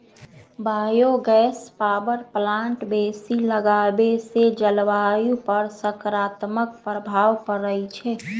bio gas power plant बेशी लगाबेसे जलवायु पर सकारात्मक प्रभाव पड़इ छै